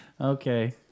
okay